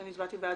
אני בעד.